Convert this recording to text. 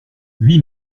huit